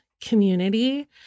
community